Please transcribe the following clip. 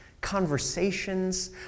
conversations